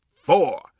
four